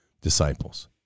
disciples